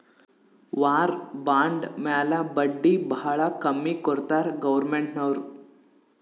war bond ಮ್ಯಾಲ ಬಡ್ಡಿ ಭಾಳ ಕಮ್ಮಿ ಕೊಡ್ತಾರ್ ಗೌರ್ಮೆಂಟ್ನವ್ರು